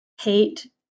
Hate